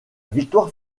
victoire